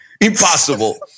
Impossible